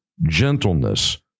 gentleness